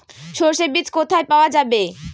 সর্ষে বিজ কোথায় পাওয়া যাবে?